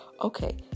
Okay